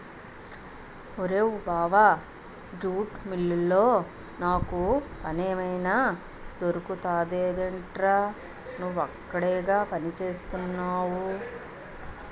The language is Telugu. అరేయ్ బావా జూట్ మిల్లులో నాకు పనేమైనా దొరుకుతుందెట్రా? నువ్వక్కడేగా పనిచేత్తున్నవు